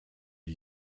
die